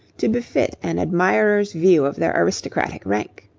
to befit an admirer's view of their aristocratic rank.